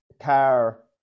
car